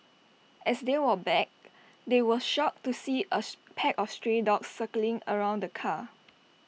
as they walked back they were shocked to see as pack of stray dogs circling around the car